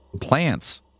Plants